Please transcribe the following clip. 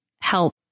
help